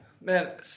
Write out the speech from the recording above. man